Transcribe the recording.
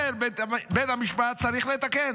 אז אומר בית המשפט: צריך לתקן.